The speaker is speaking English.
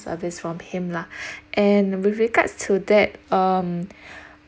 service from him lah and with regards to that um